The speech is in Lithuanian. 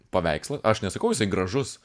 paveiksl aš nesakau jisai gražus